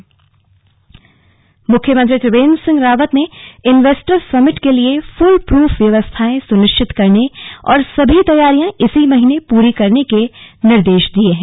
slug CM investors summit मुख्यमंत्री त्रिवेन्द्र सिंह रावत ने investors summit के लिए फुलप्रफ व्यवस्थाएं सुनिश्चित करने और सभी तैयारियां इसी महीने में पूरी करने के निर्देश दिये हैं